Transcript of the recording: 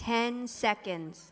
ten seconds